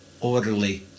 orderly